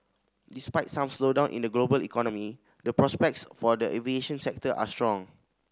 despite some slowdown in the global economy the prospects for the aviation sector are strong